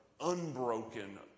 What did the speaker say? Unbroken